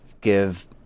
give